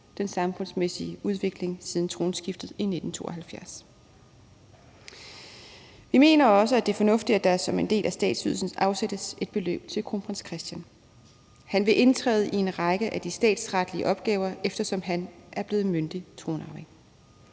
den samfundsmæssige udvikling siden tronskiftet i 1972. Vi mener også, at det er fornuftigt, at der som en del af statsydelsen afsættes et beløb til kronprins Christian. Han vil indtræde i en række af de statsretlige opgaver, eftersom han er blevet myndig tronarving.